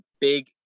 big